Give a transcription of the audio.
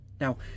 Now